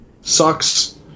sucks